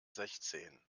sechtzehn